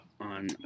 on